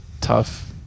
tough